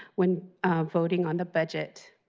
when voting on the budget.